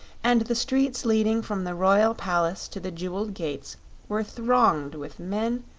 and the streets leading from the royal palace to the jeweled gates were thronged with men,